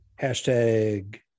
Hashtag